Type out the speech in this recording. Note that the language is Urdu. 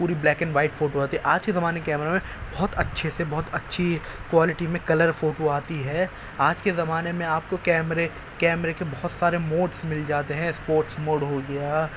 پوری بلیک اینڈ وائٹ فوٹو آتی آج کے زمانے کے کیمرا میں بہت اچھے سے بہت اچھی کوائلٹی میں کلر فوٹو آتی ہے آج کے زمانے میں آپ کو کیمرے کیمرے کے بہت سارے موڈس مل جاتے ہیں اسپوٹس موڈ ہو گیا